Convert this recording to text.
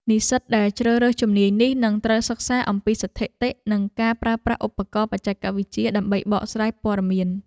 និស្សិតដែលជ្រើសរើសជំនាញនេះនឹងត្រូវសិក្សាអំពីស្ថិតិ និងការប្រើប្រាស់ឧបករណ៍បច្ចេកវិទ្យាដើម្បីបកស្រាយព័ត៌មាន។